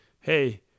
hey